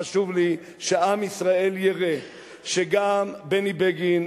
חשוב לי שעם ישראל יראה שגם בני בגין,